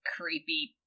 creepy